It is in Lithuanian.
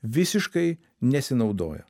visiškai nesinaudojo